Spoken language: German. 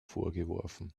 vorgeworfen